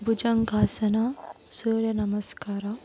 ಭುಜಂಗಾಸನ ಸೂರ್ಯ ನಮಸ್ಕಾರ